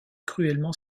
cruellement